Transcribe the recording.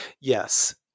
Yes